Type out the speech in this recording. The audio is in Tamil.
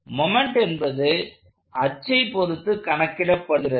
மொமெண்ட் என்பது அச்சை பொருத்து கணக்கிடப்படுகிறது